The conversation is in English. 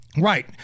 Right